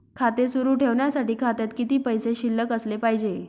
खाते सुरु ठेवण्यासाठी खात्यात किती पैसे शिल्लक असले पाहिजे?